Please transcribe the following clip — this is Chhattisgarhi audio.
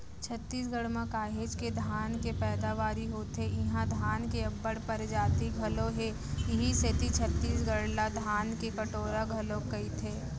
छत्तीसगढ़ म काहेच के धान के पैदावारी होथे इहां धान के अब्बड़ परजाति घलौ हे इहीं सेती छत्तीसगढ़ ला धान के कटोरा घलोक कइथें